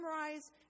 memorize